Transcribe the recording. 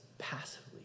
passively